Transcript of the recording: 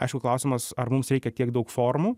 aišku klausimas ar mums reikia tiek daug formų